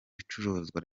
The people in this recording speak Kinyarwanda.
icuruzwa